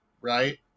right